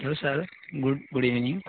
hello sir good good evening